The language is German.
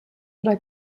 oder